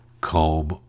comb